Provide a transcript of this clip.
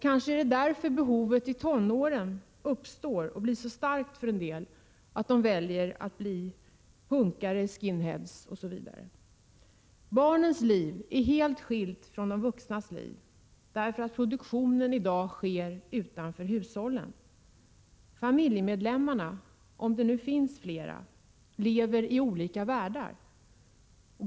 Kanske är det därför behov i tonåren uppstår och blir så starka för en del att de väljer att bli punkare, skinheads osv. Barnens liv är helt skilt från de vuxnas liv, därför att produktionen i dag sker utanför hushållen. Familjemedlemmarna — om det nu finns flera —-lever i olika världar.